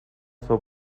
zur